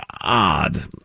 odd